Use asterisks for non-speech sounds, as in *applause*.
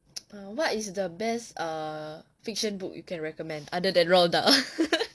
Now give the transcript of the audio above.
*noise* what is the best err fiction book you can recommend other than roald dahl *laughs*